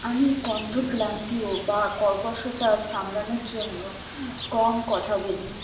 আমি কণ্ঠর ক্লান্তি ও বা কর্কশতা সামলানোর জন্য কম কথা বলি